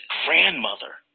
grandmother